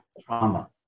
trauma